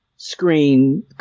screen